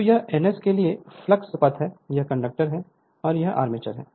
तो यह N S के लिए फ्लक्स पथ है यह कंडक्टर है और यह आर्मेचर है